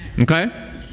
Okay